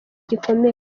gikomeye